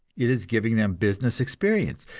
it is giving them business experience,